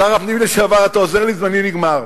שר הפנים לשעבר, אתה עוזר לי, זמני נגמר.